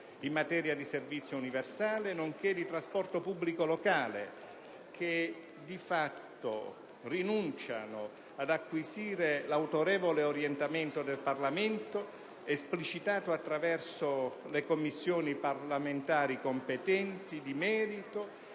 in materia di servizio universale, nonché di trasporto pubblico locale, che di fatto rinunciano ad acquisire l'autorevole orientamento del Parlamento esplicitato attraverso le Commissioni parlamentari competenti di merito